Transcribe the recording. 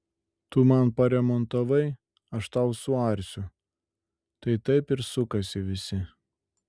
tu man paremontavai aš tau suarsiu tai taip ir sukasi visi